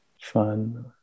fun